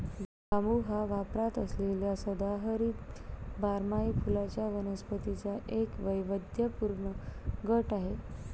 बांबू हा वापरात असलेल्या सदाहरित बारमाही फुलांच्या वनस्पतींचा एक वैविध्यपूर्ण गट आहे